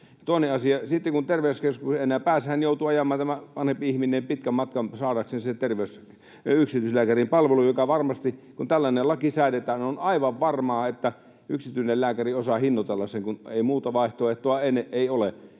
Toinen asia: Sitten kun terveyskeskukseen ei enää pääse, tämä vanhempi ihminen joutuu ajamaan pitkän matkan saadakseen sen yksityislääkärin palvelun. Kun tällainen laki säädetään, on aivan varmaa, että yksityinen lääkäri osaa hinnoitella sen, kun muuta vaihtoehtoa ei